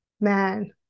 man